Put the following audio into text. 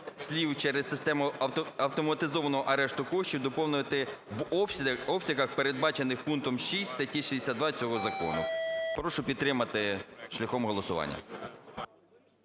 слів "через систему автоматизованого арешту коштів" доповнити "– в обсягах, передбачених пунктом 6 статті 62 цього закону". Прошу підтримати шляхом голосування.